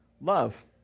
love